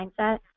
mindset